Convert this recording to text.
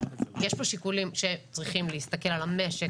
יש פה שיקולים שצריכים להסתכל על המשק,